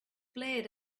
blared